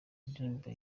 indirimbo